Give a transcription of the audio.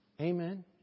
Amen